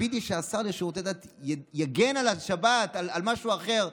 ציפיתי שהשר לשירות יגן על השבת, על משהו אחר.